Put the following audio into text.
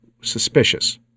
suspicious